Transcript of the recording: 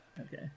Okay